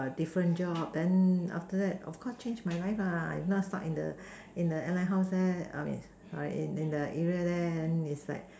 different job then after that of course change my life lah if not stuck in the in the airline how sad I mean sorry in the area there then it's like